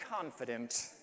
confident